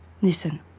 Listen